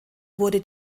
wurde